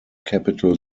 capital